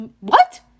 What